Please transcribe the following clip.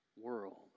world